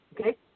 Okay